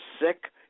sick